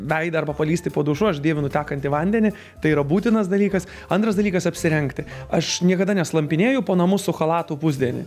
veidą arba palįsti po dušu aš dievinu tekantį vandenį tai yra būtinas dalykas antras dalykas apsirengti aš niekada neslampinėju po namus su chalatu pusdienį